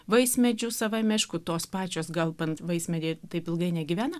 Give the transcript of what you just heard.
vaismedžių savam meškui tos pačios galbant vaismedyje taip ilgai negyvena